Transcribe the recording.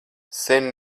sen